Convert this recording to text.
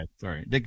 sorry